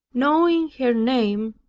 knowing her name,